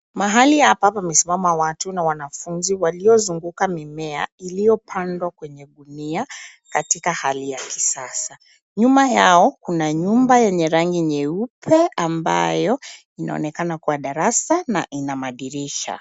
Mahali hapa pamesimama watu na wanafunzi waliozunguka mimea iliyopandwa kwenye gunia katika hali ya kisasa. Nyuma yao, kuna nyumba yenye rangi nyeupe ambayo inaonekana kuwa darasa na ina madirisha.